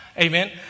Amen